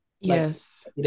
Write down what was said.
Yes